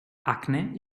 acne